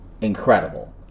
incredible